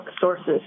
sources